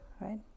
right